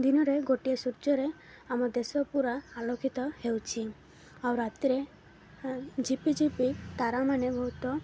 ଦିନରେ ଗୋଟିଏ ସୂର୍ଯ୍ୟରେ ଆମ ଦେଶ ପୁରା ଆଲୋକିତ ହେଉଛି ଆଉ ରାତିରେ ଝପିଝପି ତାରାମାନେ ବହୁତ